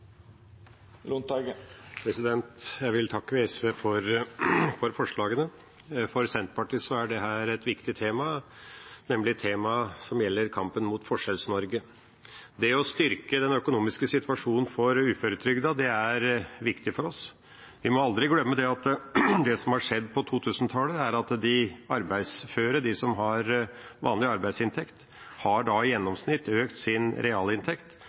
Jeg vil takke SV for forslagene. For Senterpartiet er dette et viktig tema, nemlig temaet som gjelder kampen mot Forskjells-Norge. Det å styrke den økonomiske situasjonen for uføretrygdede er viktig for oss. Vi må aldri glemme at det som har skjedd på 2000-tallet, er at de arbeidsføre, de som har vanlig arbeidsinntekt, i gjennomsnitt har økt sin realinntekt